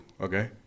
okay